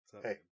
Hey